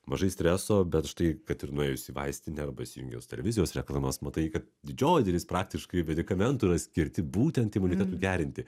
mažai streso bet štai kad ir nuėjus į vaistinę arba įsijungus televizijos reklamas matai kad didžioji dalis praktiškai medikamentų yra skirti būtent imunitetui gerinti